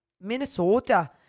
Minnesota